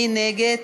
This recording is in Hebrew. מי נגד?